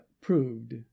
proved